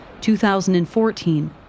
2014